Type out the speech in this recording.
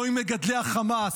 לא עם מגדלי חמאס.